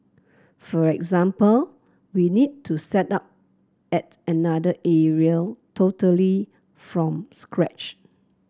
for example we need to set up at another area totally from scratch